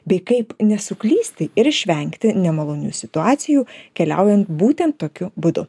bei kaip nesuklysti ir išvengti nemalonių situacijų keliaujant būtent tokiu būtu